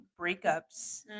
breakups